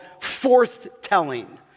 forth-telling